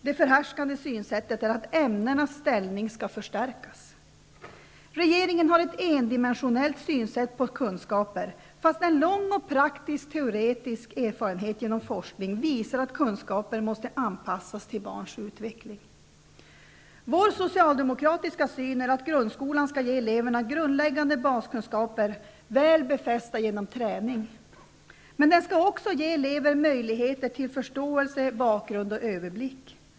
Det förhärskande synsättet är att ämnenas ställning skall förstärkas. Regeringen har ett endimensionellt synsätt när det gäller kunskaper, trots att praktisk och teoretisk erfarenhet som vunnits under en lång tid genom forskning visar att kunskaper måste anpassas till barns utveckling. Vi socialdemokrater menar att grundskolan skall ge eleverna grundläggande baskunskaper, väl befästa genom träning. Men den skall också ge elever möjligheter till förståelse, bakgrund och överblick.